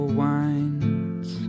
winds